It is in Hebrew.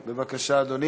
בבקשה, אדוני.